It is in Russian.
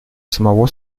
самого